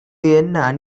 என்ன